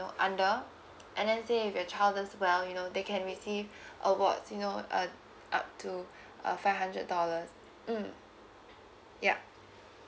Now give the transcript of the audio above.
under and then see if your child does well you know they can receive awards you know uh up to uh five hundred dollars mm yup